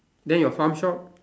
then your farm shop